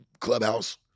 clubhouse